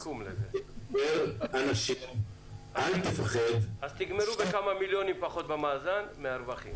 אל תפחד --- אז תגמרו בכמה מיליונים פחות במאזן הרווח,